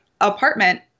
apartment